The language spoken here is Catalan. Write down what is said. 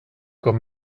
com